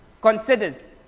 considers